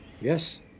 Yes